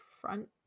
front